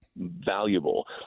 valuable